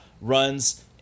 runs